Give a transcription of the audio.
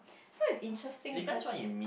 so it's interesting because